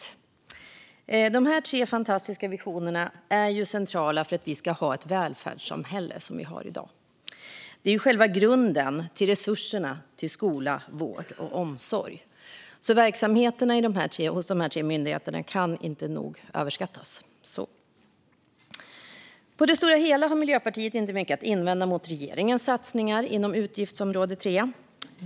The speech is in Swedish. Dessa tre fantastiska visioner är centrala för att vi ska ha det välfärdssamhälle som vi har i dag. Det är ju själva grunden till resurserna till skola, vård och omsorg. Betydelsen av de här tre myndigheterna kan inte överskattas. På det stora hela har Miljöpartiet inte mycket att invända mot regeringens satsningar inom utgiftsområde 3.